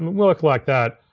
work like that.